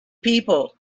people